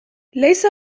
ليس